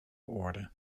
orde